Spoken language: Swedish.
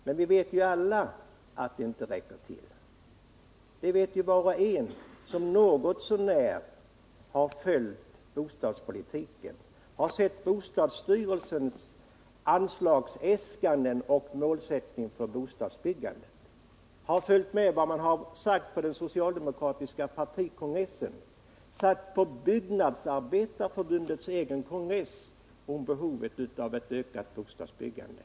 Men vi vet alla att det inte räcker till. Det vet var och en som något så när följt bostadspolitiken och sett bostadsstyrelsens anslagsäskanden och målsättning för bostadsbyggandet. Det vet den som följt med vad som sagts på socialdemokratiska partikongressen och på Byggnadsarbetareförbundets egen kongress om behovet av ökat bostadsbyggande.